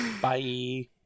Bye